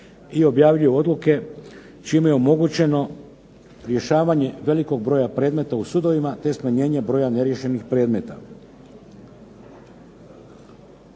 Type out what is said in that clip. i objavljuju odluke čime je omogućeno rješavanje velikog broja predmeta u sudovima te smanjenje broja neriješenih predmeta.